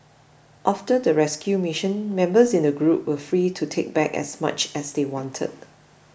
after the rescue mission members in the group were free to take back as much as they wanted